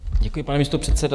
Děkuji, pane místopředsedo.